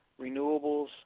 renewables